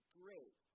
great